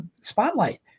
spotlight